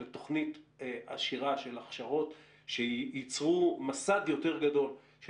לתוכנית עשירה של הכשרות שייצרו מסד יותר גדול של